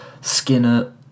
Skinner